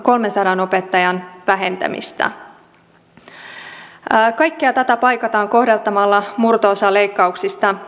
kolmensadan opettajan vähentämistä kaikkea tätä paikataan kohdentamalla murto osa leikkauksista